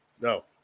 no